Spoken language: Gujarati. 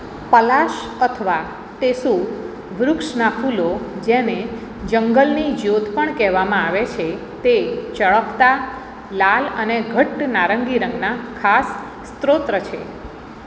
પલાશ અથવા ટેસુ વૃક્ષનાં ફૂલો જેને જંગલની જ્યોત પણ કહેવામાં આવે છે તે ચળકતા લાલ અને ઘટ્ટ નારંગી રંગના ખાસ સ્તોત્ર છે